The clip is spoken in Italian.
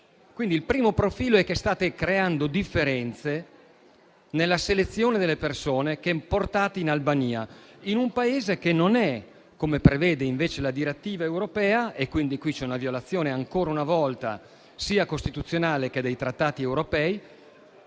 il primo profilo è che state creando differenze nella selezione delle persone che portate in Albania, in un Paese che non è affatto, come prevede invece la direttiva europea (quindi qui c'è, ancora una volta, una violazione sia costituzionale che dei trattati europei),